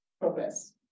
progress